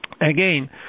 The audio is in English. Again